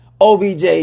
OBJ